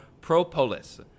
propolis